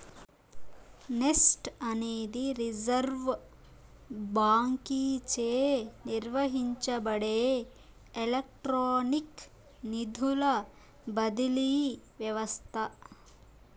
NEFT అనేది reserve బాంకీచే నిర్వహించబడే ఎలక్ట్రానిక్ నిధుల బదిలీ వ్యవస్త